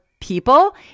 People